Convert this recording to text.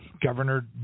Governor